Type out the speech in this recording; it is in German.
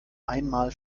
einmal